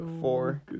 four